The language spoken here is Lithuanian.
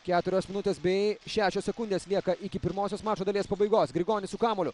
keturios minutės bei šešios sekundės lieka iki pirmosios mačo dalies pabaigos grigonis su kamuoliu